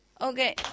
Okay